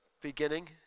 beginning